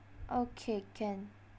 okay can